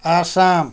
Assam